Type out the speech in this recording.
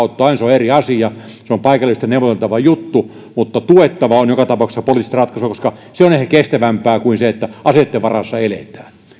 ottaen on on eri asia se on paikallisesti neuvoteltava juttu mutta tuettava on joka tapauksessa poliittista ratkaisua koska se on pitemmän päälle ehkä kestävämpää kuin se että aseitten varassa eletään